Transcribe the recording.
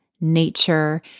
nature